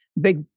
big